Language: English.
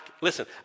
Listen